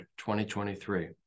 2023